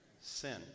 sin